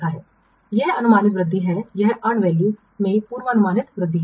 यह अनुमानित वृद्धि है यह अर्न वैल्यू में पूर्वानुमानित वृद्धि है